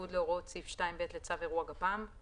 בניגוד להוראות סעיף 2(ב) לצו אירוע גפ"מ,15,000.